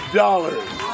dollars